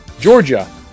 Georgia